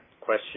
question